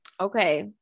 Okay